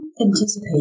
Anticipate